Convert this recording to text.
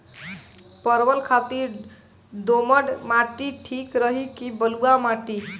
परवल खातिर दोमट माटी ठीक रही कि बलुआ माटी?